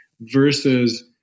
versus